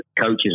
coaches